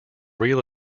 real